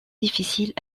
difficiles